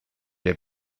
est